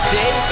day